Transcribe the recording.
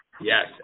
Yes